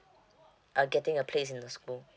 uh getting a place in the school